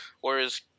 Whereas